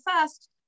first